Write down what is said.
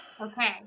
Okay